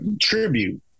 tribute